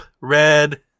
red